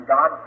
God